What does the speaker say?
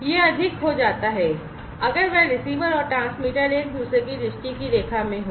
यह अधिक हो जाता है अगर वह रिसीवर और ट्रांसमीटर एक दूसरे की दृष्टि की रेखा में हों